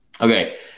Okay